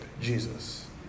Jesus